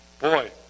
Boy